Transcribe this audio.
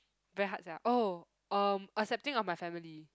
very hard sia oh um accepting of my family